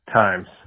times